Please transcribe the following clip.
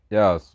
Yes